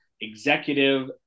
executive